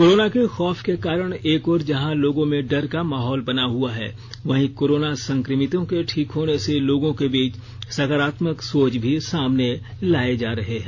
corona के खौफ के कारण एक ओर जहां लोगों में डर का माहौल बना हुआ है वहीं कोरोना संक्रमितों के ठीक होने से लोगों के बीच सकारात्मक सोच भी सामने लाए जा रहे हैं